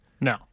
No